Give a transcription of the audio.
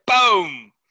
boom